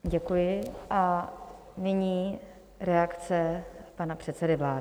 Děkuji a nyní reakce pana předsedy vlády.